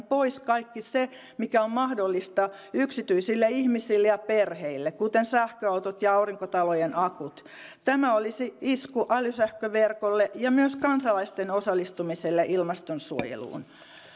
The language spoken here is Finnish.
pois kaikki se mikä on mahdollista yksityisille ihmisille ja perheille kuten sähköautot ja aurinkotalojen akut tämä olisi isku älysähköverkolle ja myös kansalaisten osallistumiselle ilmastonsuojeluun